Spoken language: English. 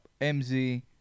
MZ